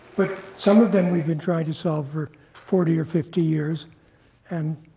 but some of them we've been trying to solve for forty or fifty years and